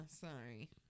sorry